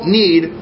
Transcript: need